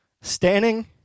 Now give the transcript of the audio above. Standing